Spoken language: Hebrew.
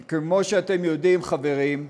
כי כמו שאתם יודעים, חברים,